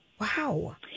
Wow